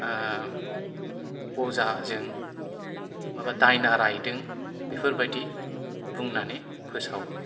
अजाजों माबा दायना रायदों बेफोरबादि बुंनानै फोसावो